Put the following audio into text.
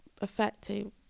affecting